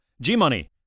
G-Money